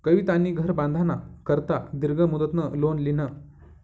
कवितानी घर बांधाना करता दीर्घ मुदतनं लोन ल्हिनं